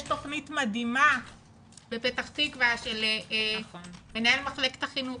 יש תוכנית מדהימה בפתח תקווה של מנהל מחלקת החינוך,